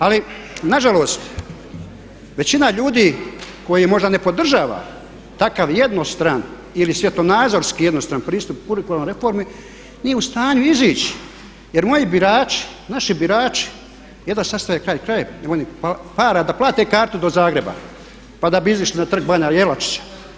Ali nažalost većina ljudi koji možda ne podržava takav jednostran ili svjetonazorski jednostran pristup kurikularnoj reformi nije u stanju izići jer moji birači, naši birači jedva sastavljaju kraj s krajem, nemaju ni para da plate kartu do Zagreba pa da bi izišli na Trg bana Jelačića.